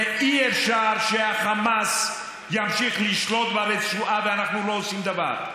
ואי-אפשר שהחמאס ימשיך לשלוט ברצועה ואנחנו לא עושים דבר.